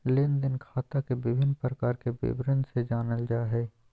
लेन देन खाता के विभिन्न प्रकार के विवरण से जानल जाय हइ